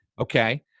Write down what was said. Okay